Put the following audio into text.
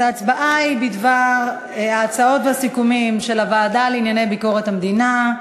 ההצבעה היא בדבר ההצעות והסיכומים של הוועדה לענייני ביקורת המדינה.